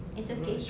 it's okay